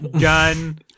Gun